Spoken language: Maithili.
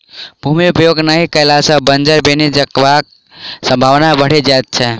भूमि उपयोग नहि कयला सॅ बंजर बनि जयबाक संभावना बढ़ि जाइत छै